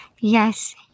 Yes